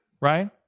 right